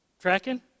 Tracking